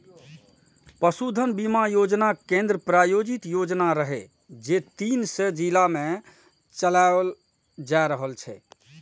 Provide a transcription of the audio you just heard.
पशुधन बीमा योजना केंद्र प्रायोजित योजना रहै, जे तीन सय जिला मे चलाओल जा रहल छै